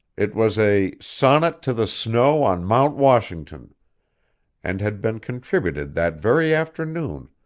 it was a sonnet to the snow on mount washington and had been contributed that very afternoon,